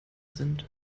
sind